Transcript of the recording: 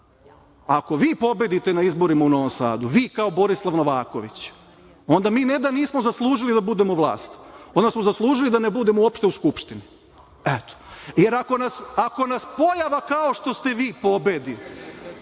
ako vi pobedite na izborima u Novom Sadu, vi kao Borislav Novaković, onda mi ne da nismo zaslužili da budemo vlast, onda smo zaslužili da ne budemo uopšte u Skupštini. Ako nas pojava kao što ste vi pobedi,